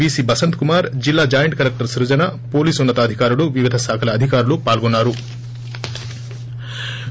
VC Basant Kumar జిల్లా joint collector స్పజన police ఉన్న తాధికారులు వివిధ శాఖల అధికారులు పాల్గొన్సారు